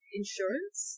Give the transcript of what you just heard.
insurance